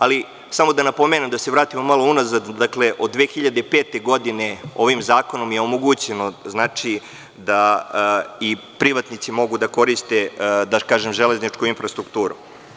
Ali, samo da napomenem, da se vratimo malo unazad, dakle, od 2005. godine ovim zakonom je omogućeno da i privatnici mogu da koriste železničku infrastrukturu.